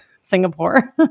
Singapore